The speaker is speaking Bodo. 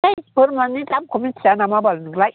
हैथ बोरमानि दामखौ मिथिया नामा बाल नोंलाय